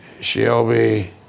Shelby